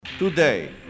Today